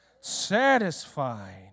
satisfied